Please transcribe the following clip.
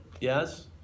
yes